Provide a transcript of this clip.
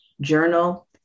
journal